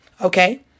Okay